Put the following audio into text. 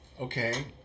okay